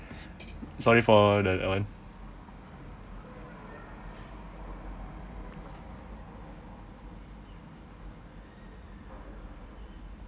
sorry for the that one